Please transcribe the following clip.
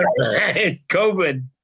COVID